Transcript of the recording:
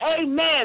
Amen